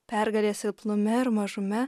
pergalė silpnume ir mažume